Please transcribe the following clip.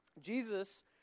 Jesus